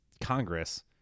Congress